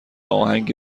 اهنگی